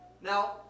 Now